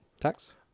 tax